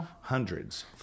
hundreds